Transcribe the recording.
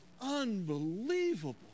unbelievable